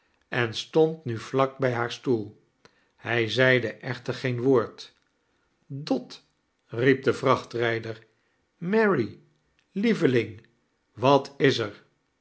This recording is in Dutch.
en stond nu vlak bij haar stoel hij zeide echter geen woord dot riep de vrachtrijder mary lieveling wat is er